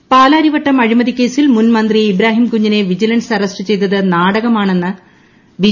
സുരേന്ദ്രൻ പാലാരിവട്ടം അഴിമതികേസിൽ മുൻ മന്ത്രി ഇബ്രാഹിംകുഞ്ഞിനെ വിജിലൻസ് അറസ്റ്റ് ചെയ്തത് നാടകമാണെന്ന് ബി